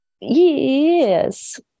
Yes